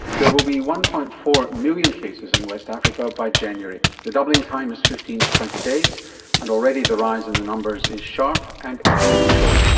there will be one. four million cases in west africa by january. the doubling time is fifteen to twenty days and already the rise in the numbers is sharp and exponential.